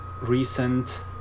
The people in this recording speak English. recent